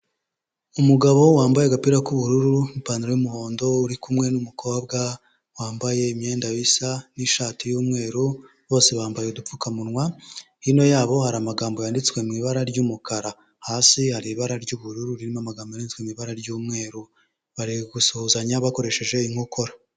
Umugabo wambaye agapira k'ubururu n'ipantaro y'umuhondo, uri kumwe n'umukobwa wambaye imyenda bisa n'ishati y'umweru, bose bambaye udupfukamunwa, hino yabo hari amagambo yanditswe mu ibara ry'umukara, hasi hari ibara ry'ubururu ririmo amagambo yanditswe mu ibara ry'umweru, bari gusuhuzanya bakoresheje inkokora.